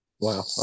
Wow